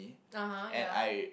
(uh huh) ya